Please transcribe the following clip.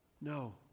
No